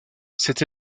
cette